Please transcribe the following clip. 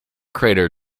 crater